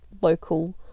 local